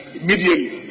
immediately